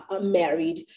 married